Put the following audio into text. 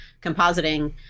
compositing